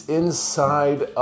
inside